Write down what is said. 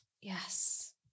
Yes